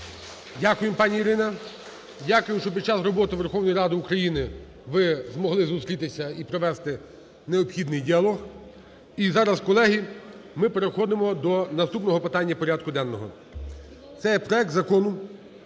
Дякуємо, пані Ірина. Дякуємо, що під час роботи Верховної Ради України ви змогли зустрітися і провести необхідний діалог. І зараз, колеги, ми переходимо до наступного питання порядку денного. Це є проект Закону